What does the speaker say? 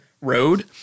Road